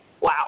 wow